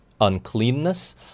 uncleanness